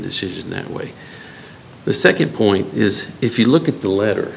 decision that way the nd point is if you look at the letter